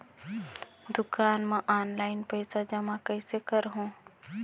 दुकान म ऑनलाइन पइसा जमा कइसे करहु?